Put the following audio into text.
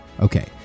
Okay